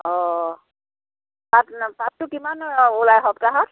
অ' পাত পাতটো কিমান ওলায় সপ্তাহত